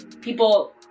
people